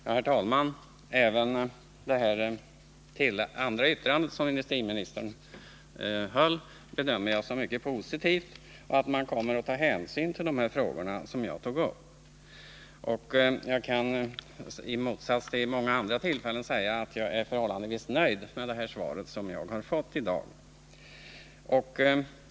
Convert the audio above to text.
Herr talman! Även industriministerns andra anförande bedömer jag som mycket positivt — man kommer att ta hänsyn till de frågor som jag tagit upp. I motsats till vad fallet varit vid många andra tillfällen kan jag säga att jag är förhållandevis nöjd med det svar som jag fått i dag.